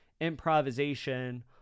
improvisation